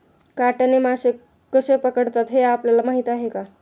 काट्याने मासे कसे पकडतात हे आपल्याला माहीत आहे का?